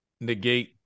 negate